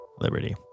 Liberty